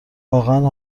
واقعا